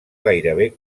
gairebé